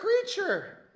creature